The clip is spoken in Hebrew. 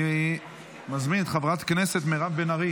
אני מזמין את חברת הכנסת מירב בן ארי